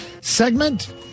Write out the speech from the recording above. segment